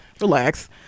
relax